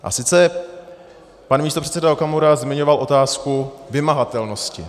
A sice pan místopředseda Okamura zmiňoval otázku vymahatelnosti.